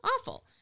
Awful